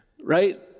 right